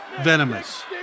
venomous